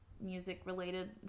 music-related